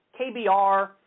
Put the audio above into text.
KBR